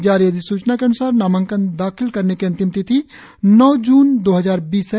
जारी अधिसूचना के अन्सार नामांकन दाखिल करने की अंतिम तिथि नौ जून दो हजार बीस हैं